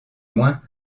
moins